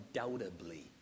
undoubtedly